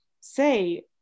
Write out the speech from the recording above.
say